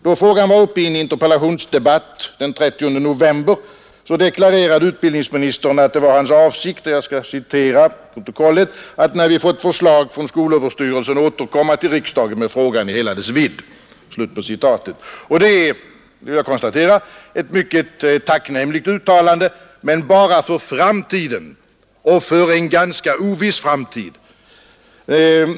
Då frågan var uppe i en interpellationsdebatt den 30 november deklarerade utbildningsministern att det var hans avsikt — jag citerar ur protokollet — ”att när vi fått förslag från skolöverstyrelsen återkomma till riksdagen med frågan i hela dess vidd”. Det är, vill jag konstatera, ett mycket tacknämligt uttalande — men bara för framtiden, och för en ganska oviss framtid.